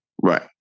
Right